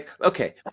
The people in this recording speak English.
okay